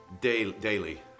Daily